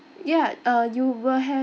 ya uh you will have